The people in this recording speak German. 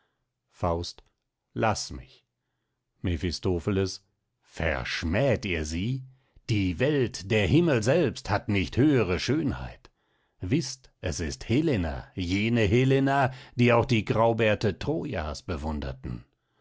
faust laß mich mephistopheles verschmäht ihr sie die welt der himmel selbst hat nicht höhere schönheit wißt es ist helena jene helena die auch die graubärte trojas bewunderten